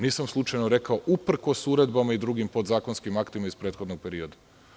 Nisam slučajno rekao uprkos uredbama i drugim podzakonskim aktima iz prethodnog perioda.